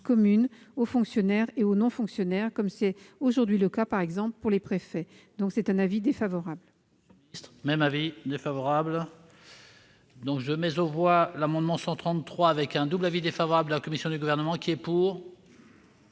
aux fonctionnaires et aux non-fonctionnaires, comme c'est aujourd'hui le cas, par exemple, pour les préfets. L'avis est donc défavorable.